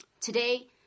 Today